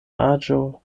aĝo